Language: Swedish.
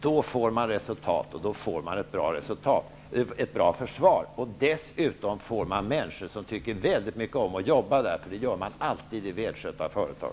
Då får man resultat, och då får man ett bra försvar. Dessutom får man människor som tycker väldigt mycket om att jobba där -- människor tycker alltid om att jobba i välskötta företag.